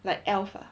like elf ah